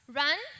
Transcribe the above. run